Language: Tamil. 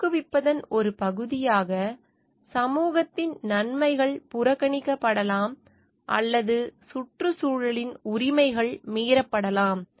ஊக்குவிப்பதன் ஒரு பகுதியாக சமூகத்தின் நன்மைகள் புறக்கணிக்கப்படலாம் அல்லது சுற்றுச்சூழலின் உரிமைகள் மீறப்படலாம்